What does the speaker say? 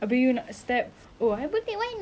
nanti dia kasih you makanan lain jer you macam